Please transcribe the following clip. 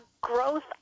growth